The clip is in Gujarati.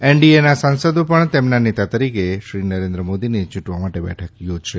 એનડીએના સાંસદો પણ તેમના નેતા તરીકે શ્રી નરેન્દ્ર મોદીને ચૂંટવા માટે બેઠક યોજશે